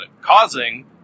causing